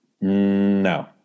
No